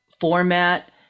format